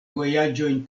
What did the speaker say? vojaĝojn